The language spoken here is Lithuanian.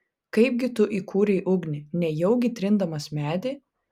kaipgi tu įkūrei ugnį nejaugi trindamas medį